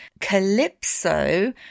Calypso